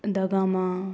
da Gama